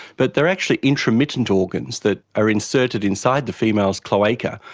but they are actually intromittent organs that are inserted inside the female's cloaca,